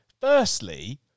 firstly